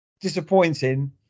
disappointing